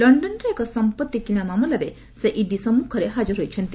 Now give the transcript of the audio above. ଲକ୍ଷନରେ ଏକ ସମ୍ପତ୍ତି କିଣା ମାମଲାରେ ସେ ଇଡି ସମ୍ମୁଖରେ ହାଜର ହୋଇଛନ୍ତି